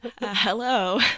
hello